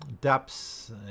depths